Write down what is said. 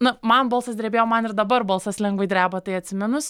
na man balsas drebėjo man ir dabar balsas lengvai dreba tai atsiminus